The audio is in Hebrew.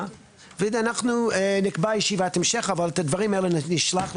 אנחנו נקבע ישיבת המשך, אבל דברים אלה נשלח.